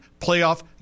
playoff